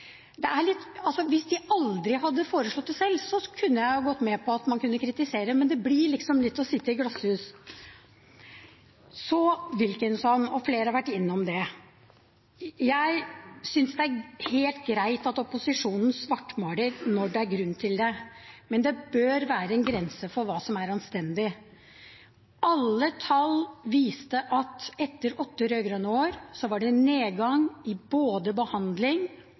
det blir litt som å kaste stein i glasshus. Til det som representanten Wilkinson og flere har vært innom: Jeg synes det er helt greit at opposisjonen svartmaler når det er grunn til det, men det bør være en grense for hva som er anstendig. Alle tall viste at etter åtte rød-grønne år var det nedgang i både behandling,